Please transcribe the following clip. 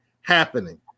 happening